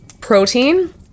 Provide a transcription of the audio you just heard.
protein